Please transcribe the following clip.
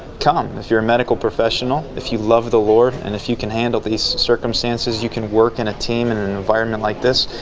come. if you're a medical professional, if you love the lord, and if you can handle these circumstances, you can work in a team and and environment like this,